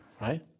Right